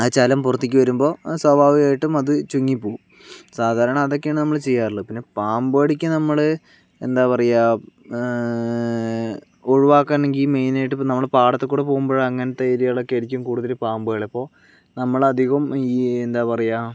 ആ ചലം പുറത്തേക്ക് വരുമ്പോൾ സ്വാഭാവികമായിട്ടും അത് ചുങ്ങി പോകും സാധാരണ അതൊക്കെയാണ് നമ്മൾ ചെയ്യാറുള്ളത് പിന്നെ പാമ്പ് കടിക്ക് നമ്മള് എന്താ പറയുക ഒഴിവാക്കുകയാണെങ്കിൽ മെയിൻ ആയിട്ട് ഇപ്പോൾ നമ്മൾ പാടത്ത് കൂടെ പോകുമ്പോൾ അങ്ങനത്തെ ഏരിയയിലോക്കെ ആയിരിക്കും കൂടുതൽ പാമ്പുകൾ ഇപ്പോൾ നമ്മൾ അധികവും ഈ എന്താ പറയുക